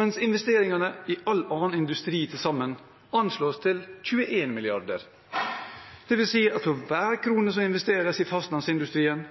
mens investeringene i all annen industri til sammen anslås til 21 mrd. kr. Det vil si at for hver krone som investeres i fastlandsindustrien,